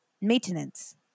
Maintenance